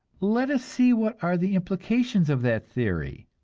let us see what are the implications of that theory!